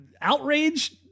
outrage